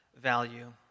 value